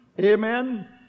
amen